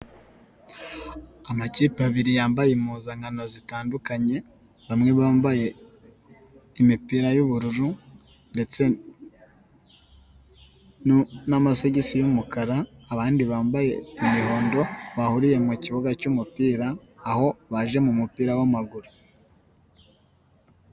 Amakipe abiri yambaye impuzankano zitandukanye, bamwe bambaye imipira y'ubururu n'amasogisi y'umukara abandi bambaye imihondo bahuriye mu kibuga cy'umupira aho baje mu mupira w'amaguru.